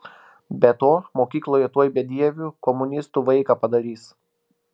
be to mokykloje tuoj bedieviu komunistu vaiką padarys